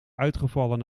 uitgevallen